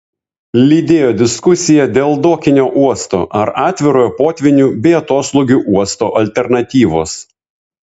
lydėjo diskusija dėl dokinio uosto ar atvirojo potvynių bei atoslūgių uosto alternatyvos